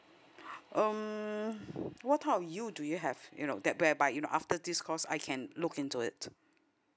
um what type of U do you have you know that whereby you know after this course I can look into it